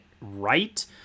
right